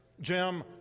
Jim